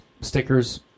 stickers